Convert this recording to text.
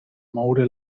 moure